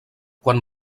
quan